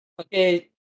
okay